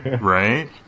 Right